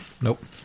Nope